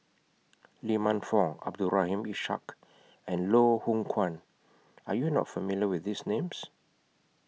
Lee Man Fong Abdul Rahim Ishak and Loh Hoong Kwan Are YOU not familiar with These Names